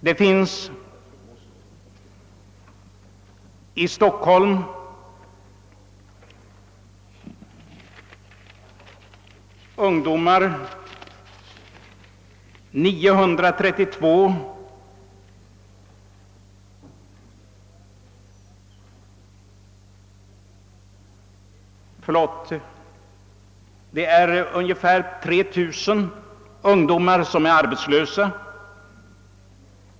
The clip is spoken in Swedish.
Det finns 3 165 arbetslösa i Stockholm.